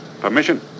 Permission